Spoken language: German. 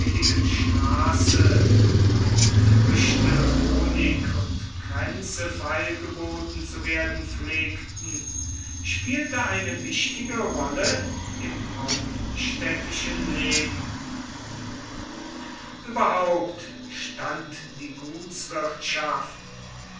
straße wo früchte honig und kränze feilgeboten zu werden pflegten spielte eine wichtige rolle im hauptstädtischen leben überhaupt stand die